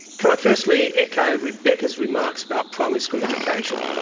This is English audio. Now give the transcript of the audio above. can i firstly echo rebecca's remarks about primary school education,